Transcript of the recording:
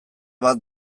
bat